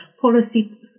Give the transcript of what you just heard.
policy